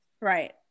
right